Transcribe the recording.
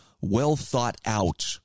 well-thought-out